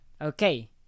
Okay